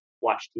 watch